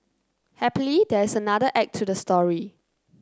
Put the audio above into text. happily there is another act to the story